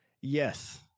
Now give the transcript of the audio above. Yes